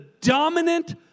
dominant